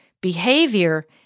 Behavior